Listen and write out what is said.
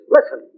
Listen